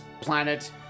planet